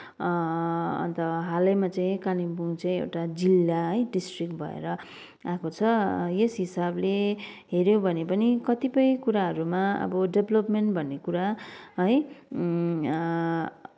अन्त हालैमा चाहिँ कालिम्पोङ चाहिँ एउटा जिल्ला है डिस्ट्रिक्ट भएर आएको छ यस हिसाबले हेऱ्यौँ भने पनि कतिपय कुराहरूमा अब डेभलपमेन्ट भन्ने कुरा है